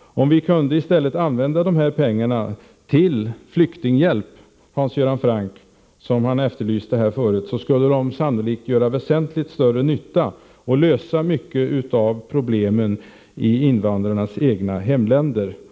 Om vi i stället kunde använda pengarna till flyktinghjälp, som Hans Göran Franck tidigare här efterlyste, skulle de sannolikt göra väsentligt större nytta och lösa mycket av problemen i invandrarnas egna hemländer.